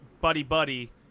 buddy-buddy